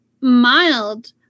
mild